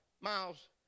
miles